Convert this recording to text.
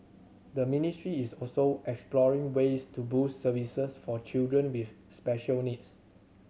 the ministry is also exploring ways to boost services for children with special needs